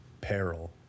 Peril